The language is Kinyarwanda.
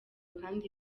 kandi